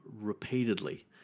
repeatedly